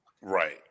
Right